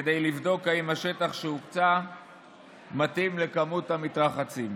כדי לבדוק אם השטח שהוקצה מתאים לכמות המתרחצים.